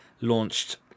launched